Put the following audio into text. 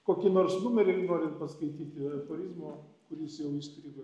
kokį nors numerį nori paskaityti aforizmo kuris jau įstrigo